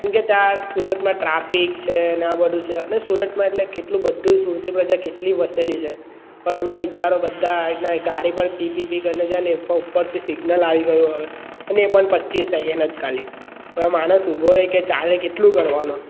કેમ કે ત્યાં સુરતમાં ટ્રાફિક છે ને આ બધું છે અને સુરતમાં એટલે કેટલું બધું સુરતી પ્રજા કેટલી વસેલી છે તો તમે વિચારો બધા આ રીતના ગાડી પર પીપીપી કરીને જાય એક તો ઉપરથી સિગ્નલ આવી ગયું હવે અને એ પણ પચીસ સેકન્ડ જ ખાલી ત્યાં માણસ ઊભો રહે કે ચાલે કેટલું કરવાનું